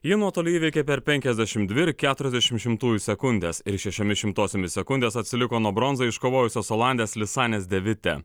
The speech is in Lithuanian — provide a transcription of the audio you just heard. ji nuotolį įveikė per penkiasdešim dvi ir keturiasdešim šimtųjų sekundės ir šešiomis šimtosiomis sekundės atsiliko nuo bronzą iškovojusios olandės lisanės devite